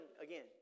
again